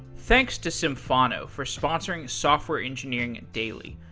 thanks to symphono for sponsoring software engineering daily.